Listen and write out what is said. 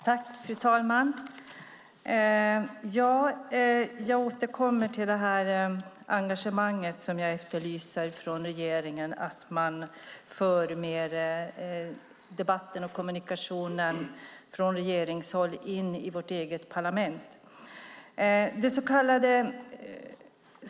Fru talman! Jag återkommer till det engagemang som jag efterlyser från regeringen, att man mer för debatten och kommunikationen från regeringshåll och in i vårt eget parlament.